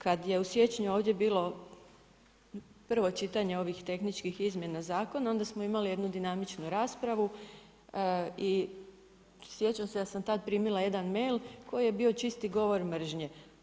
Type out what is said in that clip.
Kad je u siječnju ovdje bilo prvo čitanje ovih tehničkih izmjena zakona, onda smo imali jednu dinamičnu raspravu i sjećam se da sam tad primila jedan mail, koji je bio čisti govor mržnje.